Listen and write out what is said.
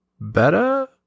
better